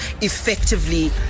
effectively